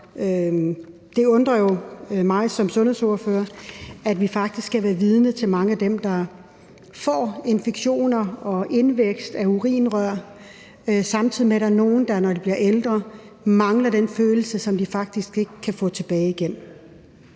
Det undrer jo mig som sundhedsordfører, at vi faktisk skal være vidne de mange, der får infektioner og indvækst af urinrør, samtidig med der er nogle, der, når de bliver ældre, mangler følelsen, og de kan faktisk ikke få den tilbage igen.